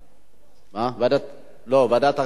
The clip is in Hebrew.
לא, ועדת עלייה וקליטה.